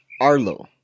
Arlo